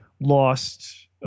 lost